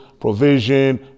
provision